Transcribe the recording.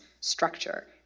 structure